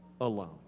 alone